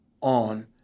on